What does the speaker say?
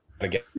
Again